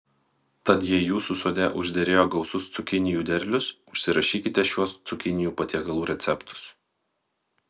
tad jei jūsų sode užderėjo gausus cukinijų derlius užsirašykite šiuos cukinijų patiekalų receptus